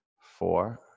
four